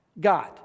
God